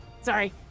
sorry